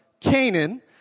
Canaan